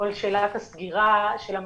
כל שאלת הסגירה של המעונות,